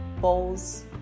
bowls